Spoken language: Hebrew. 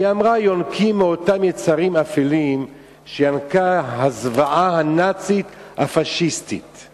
היא אמרה: "יונקים מאותם יצרים אפלים שינקה הזוועה הנאצית הפאשיסטית";